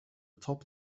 top